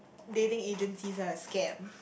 dating agencies are a scam